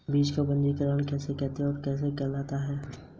खेतों में आने वाले पोषक तत्वों द्वारा समृद्धि हो जाना क्या कहलाता है?